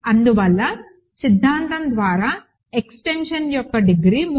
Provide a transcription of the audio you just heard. అందువల్ల సిద్ధాంతం ద్వారా ఎక్స్టెన్షన్ యొక్క డిగ్రీ 3